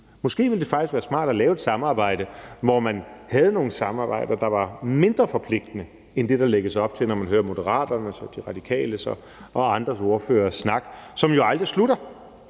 Måske ville det faktisk være smart at lave et samarbejde, hvor man havde nogle samarbejder, der var mindre forpligtende end det, der lægges op til, når man hører Moderaternes, De Radikales og andre ordføreres snak, som jo aldrig slutter.